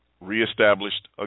reestablished